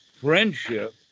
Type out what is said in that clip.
friendship